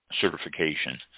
certification